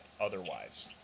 otherwise